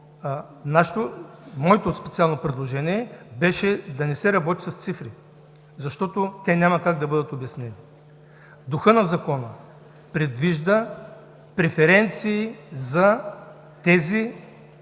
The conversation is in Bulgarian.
Моето предложение беше да не се работи с цифри, защото те няма как да бъдат обяснени. Духът на Закона предвижда преференции за тези,